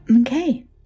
Okay